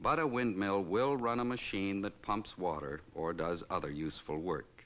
but a windmill will run a machine that pumps water or does other useful work